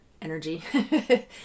energy